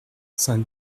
saint